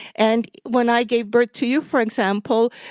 and when i gave birth to you, for example,